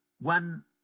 one